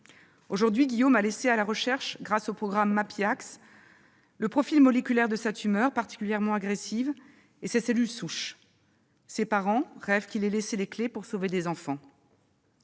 Aujourd'hui, Guillaume a laissé à la recherche, grâce au programme Mappyacts, le profil moléculaire de sa tumeur particulièrement agressive et ses cellules souches. Ses parents rêvent qu'il ait laissé les clés pour sauver des enfants.